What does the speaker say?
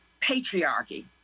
patriarchy